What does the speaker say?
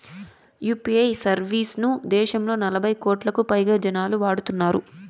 UPI service ను దేశంలో నలభై కోట్లకు పైగా జనాలు వాడుతున్నారు